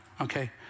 Okay